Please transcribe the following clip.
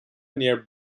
near